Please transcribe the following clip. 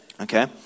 Okay